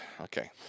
okay